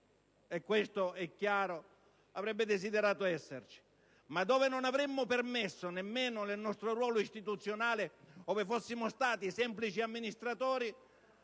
- questo è chiaro - avrebbe desiderato essere ma dove non avremmo neanche pensato nel nostro ruolo istituzionale, anche ove fossimo stati semplici amministratori,